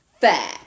fair